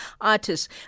artists